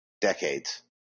decades